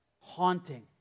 haunting